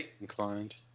inclined